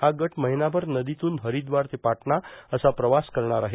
हा गट महिनाभर नदीतून हरिद्वार ते पाटणा असा प्रवास करणार आहे